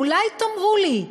אולי תאמרו לי,